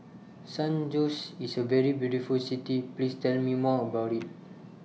San Jose IS A very beautiful City Please Tell Me More about IT